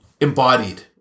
embodied